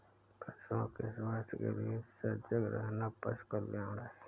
पशुओं के स्वास्थ्य के लिए सजग रहना पशु कल्याण है